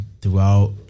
throughout